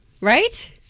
right